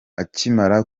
akimara